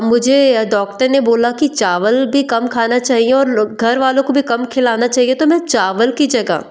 मुझे डॉक्टर ने बोला कि चावल भी कम खाना चाहिए और लोग घरवालों को भी कम खिलाना चाहिए तो मैं चावल की जगह